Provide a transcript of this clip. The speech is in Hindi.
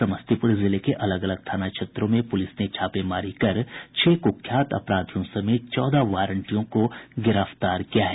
समस्तीपुर जिले के अलग अलग थाना क्षेत्रों में पुलिस ने छापमारी कर छह कुख्यात अपराधियों समेत चौदह वारंटियों को गिरफ्तार किया है